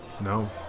No